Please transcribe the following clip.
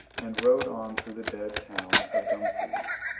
and rode on through the dead town of dumfries.